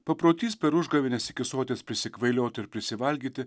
paprotys per užgavėnes iki soties prisikvailioti ir prisivalgyti